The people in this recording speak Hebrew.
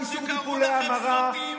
ביטלנו איסור טיפולי המרה,